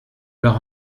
leur